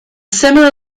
similar